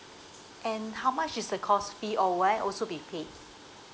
and how much is the course fee or will I also be paid